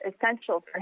essential